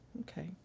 Okay